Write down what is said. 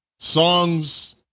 Songs